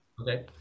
Okay